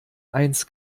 eins